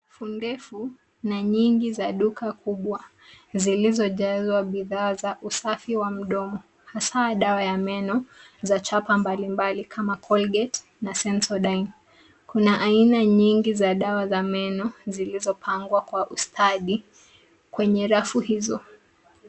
Fondefu na nyingi za duka kubwa zilizojazwa bidhaa za usafi wa mdomo, hasa dawa ya meno za chapa mbalimbali kama[ Colgate] na [Sensodane] kuna aina nyingi za dawa za meno zilizopangwa kwa ustadi kwenye rafu hizo.